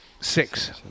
Six